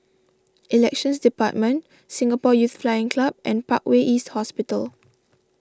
Elections Department Singapore Youth Flying Club and Parkway East Hospital